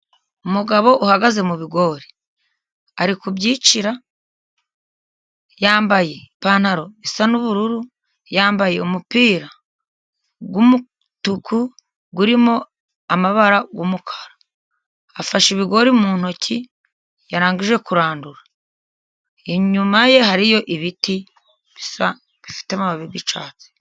Umugabo uhagaze mu bigori. Ari kubyicira. Yambaye ipantaro isa n'ubururu, yambaye umupira w'umutuku, urimo amabara y'umukara. Afashe ibigori mu ntoki yarangije kurandura. Inyuma ye hariyo ibiti bisa bifite amabibi y'icyatsi.